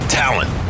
talent